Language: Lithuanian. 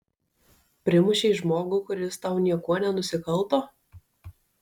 primušei žmogų kuris tau niekuo nenusikalto